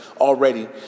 already